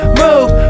move